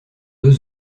deux